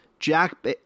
Jack